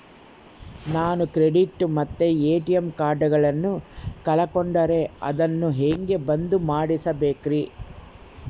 ನಾನು ಕ್ರೆಡಿಟ್ ಮತ್ತ ಎ.ಟಿ.ಎಂ ಕಾರ್ಡಗಳನ್ನು ಕಳಕೊಂಡರೆ ಅದನ್ನು ಹೆಂಗೆ ಬಂದ್ ಮಾಡಿಸಬೇಕ್ರಿ?